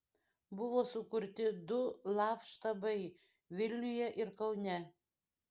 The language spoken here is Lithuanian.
buvo sukurti du laf štabai vilniuje ir kaune